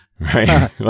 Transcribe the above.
right